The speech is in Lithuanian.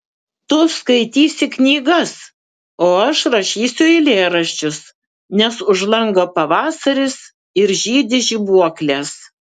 tu skaitysi knygas o aš rašysiu eilėraščius nes už lango pavasaris ir žydi žibuoklės